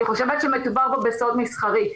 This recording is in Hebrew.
אני חושבת שמדובר כאן בסוד מסחרי.